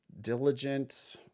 diligent